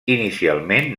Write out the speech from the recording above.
inicialment